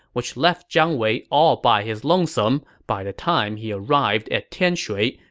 which left jiang wei all by his lonesome by the time he arrived at tianshui,